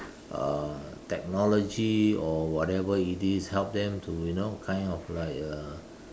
uh technology or whatever it is help them to you know kind of like uh